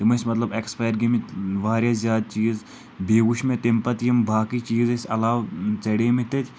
تِم ٲسۍ مطلب اٮ۪کٕسپایر گٔمٕتۍ واریاہ زیادٕ چیٖز بیٚیہِ وُچھ مےٚ تمہِ پتہٕ یِم باقٕے چیٖز ٲسۍ علاوٕ سڈیمٕت تتہِ